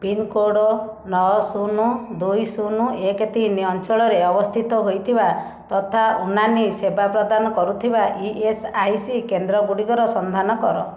pincode ନଅ ଶୂନ ଦୁଇ ଶୂନ ଏକେ ତିନି ଅଞ୍ଚଳରେ ଅବସ୍ଥିତ ହୋଇଥିବା ତଥା ଉନାନି ସେବା ପ୍ରଦାନ କରୁଥିବା ଇ ଏସ୍ ଆଇ ସି କେନ୍ଦ୍ରଗୁଡ଼ିକର ସନ୍ଧାନ କର